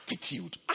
attitude